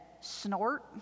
snort